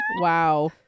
Wow